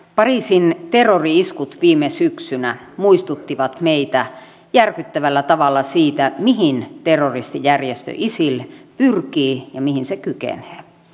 pariisin terrori iskut viime syksynä muistuttivat meitä järkyttävällä tavalla siitä mihin terroristijärjestö isil pyrkii ja mihin se kykenee